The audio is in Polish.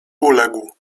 uległ